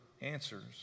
answers